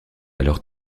alors